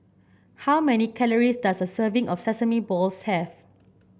how many calories does a serving of Sesame Balls have